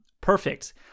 Perfect